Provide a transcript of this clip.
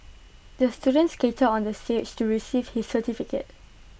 the student skated onto the stage to receive his certificate